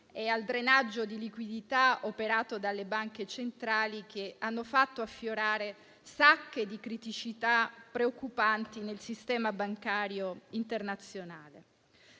e al drenaggio di liquidità operato dalle banche centrali che hanno fatto affiorare sacche di criticità preoccupanti nel sistema bancario internazionale.